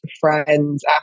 friends